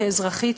כאזרחית,